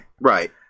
Right